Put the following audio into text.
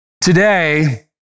today